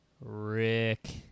Rick